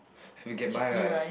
we get buy right